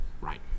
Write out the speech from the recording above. right